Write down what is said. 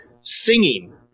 singing